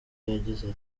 yagize